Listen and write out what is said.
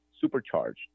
supercharged